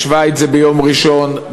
בשווייץ זה ביום ראשון,